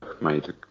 made